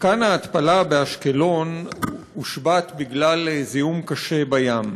מתקן ההתפלה באשקלון הושבת בגלל זיהום קשה בים.